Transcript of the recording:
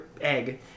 egg